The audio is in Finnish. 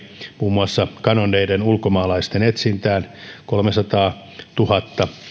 muun muassa kadonneiden ulkomaalaisten etsintään kolmesataatuhatta